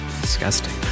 Disgusting